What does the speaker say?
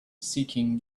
seeking